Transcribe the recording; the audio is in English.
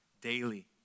daily